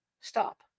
Stop